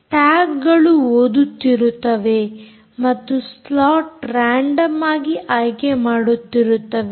tag ಗಳು ಓದುತ್ತಿರುತ್ತವೆ ಮತ್ತು ಸ್ಲಾಟ್ ರಾಂಡಮ್ ಆಗಿ ಆಯ್ಕೆ ಮಾಡುತ್ತಿರುತ್ತವೆ